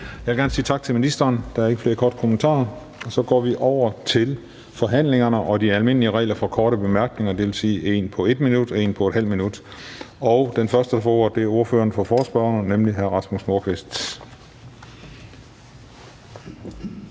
Jeg vil gerne sige tak til ministeren. Der er ikke flere korte bemærkninger. Så går vi over til forhandlingerne og de almindelige regler for korte bemærkninger, og det vil sige én kort bemærkning på 1 minut og én på ½ minut. Den første, der får ordet, er ordføreren for forespørgerne, nemlig hr. Rasmus Nordqvist.